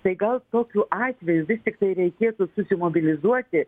tai gal tokiu atveju vis tiktai reikėtų susimobilizuoti